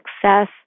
success